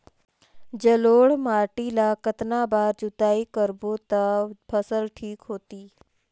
जलोढ़ माटी ला कतना बार जुताई करबो ता फसल ठीक होती?